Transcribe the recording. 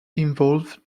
involve